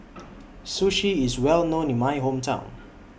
Sushi IS Well known in My Hometown